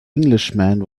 englishman